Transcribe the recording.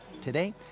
Today